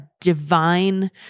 divine